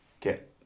get